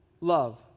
love